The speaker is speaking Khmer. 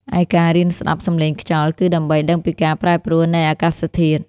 ឯការរៀនស្ដាប់សំឡេងខ្យល់ គឺដើម្បីដឹងពីការប្រែប្រួលនៃអាកាសធាតុ។